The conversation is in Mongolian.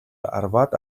арваад